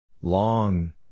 Long